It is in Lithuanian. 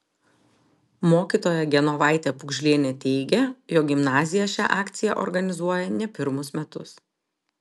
mokytoja genovaitė pugžlienė teigė jog gimnazija šią akciją organizuoja ne pirmus metus